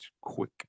quick